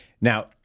Now